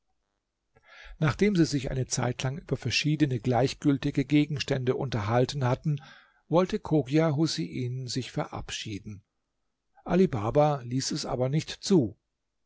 nachdem sie sich eine zeitlang über verschiedene gleichgültige gegenstände unterhalten hatten wollte chogia husein sich verabschieden ali baba ließ es aber nicht zu